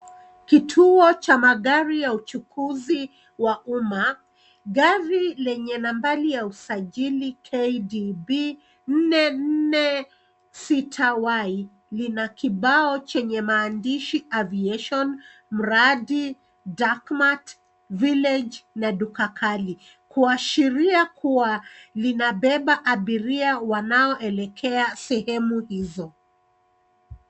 Kituo cha magari ya uchukuzi wa umma, gari lenye nambari ya usajili KBD 446Y lina kibao chenye maandishi Aviation, Mradi, Dark Mart, Village na Duka kali kuashiria kuwa linabeba abiria wanaoelekea sehemu hizo.